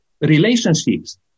relationships